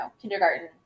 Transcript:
kindergarten